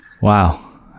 Wow